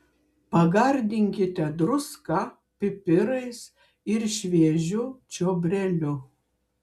pagardinkite druska pipirais ir šviežiu čiobreliu